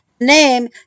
name